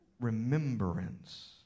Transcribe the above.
remembrance